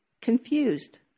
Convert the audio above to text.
confused